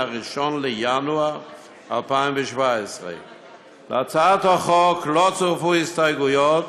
1 בינואר 2017. להצעת החוק לא צורפו הסתייגויות